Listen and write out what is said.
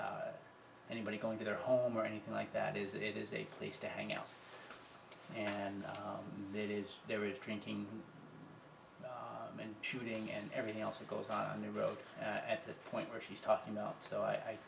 not anybody going to their home or anything like that is it is a place to hang out and it is there is tracking and shooting and everything else that goes on the road at the point where she's talking about so i